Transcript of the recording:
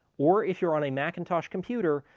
or if you're on a macintosh computer,